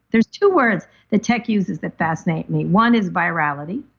there's two words that tech uses that fascinate me. one is virility,